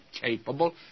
capable